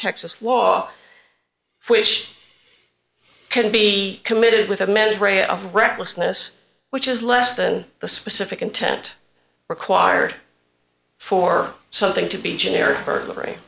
texas law which can be committed with a mens rea of recklessness which is less than the specific intent required for something to be generic burglary